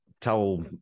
tell